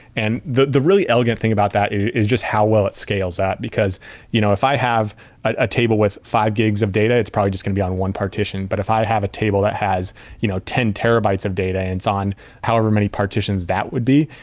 and the the really elegant thing about that is just how well it scales at, because you know if i have a table with five gigs of data, it's probably just going to be one partition. but if i have a table that has you know ten terabytes of data and it's on however many partitions that would be,